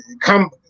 come